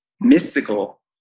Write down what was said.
mystical